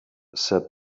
said